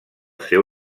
seu